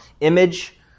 Image